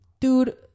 Dude